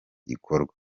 gikorwa